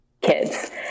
kids